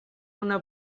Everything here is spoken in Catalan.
una